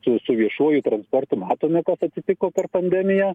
su su viešuoju transportu matome kas atsitiko per pandemiją